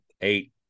eight